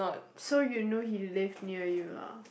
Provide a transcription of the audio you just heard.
so you know he live near you lah